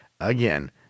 Again